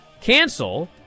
cancel